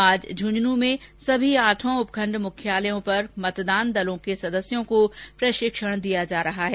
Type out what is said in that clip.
आज झुन्झुन् में आठों उपखंड मुख्यालयों पर मतदान दलों के सदस्यों को प्रशिक्षण दिया जा रहा है